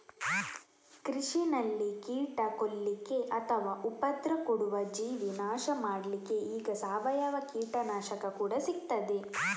ಕೃಷಿನಲ್ಲಿ ಕೀಟ ಕೊಲ್ಲಿಕ್ಕೆ ಅಥವಾ ಉಪದ್ರ ಕೊಡುವ ಜೀವಿ ನಾಶ ಮಾಡ್ಲಿಕ್ಕೆ ಈಗ ಸಾವಯವ ಕೀಟನಾಶಕ ಕೂಡಾ ಸಿಗ್ತದೆ